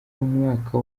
mwaka